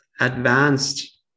advanced